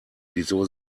wieso